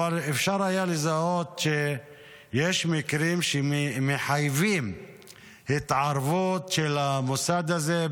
אפשר היה לזהות שיש מקרים שמחייבים התערבות של המוסד הזה,